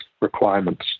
requirements